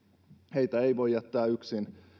heitä ei voi jättää yksin